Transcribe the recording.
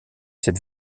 cette